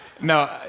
No